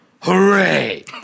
Hooray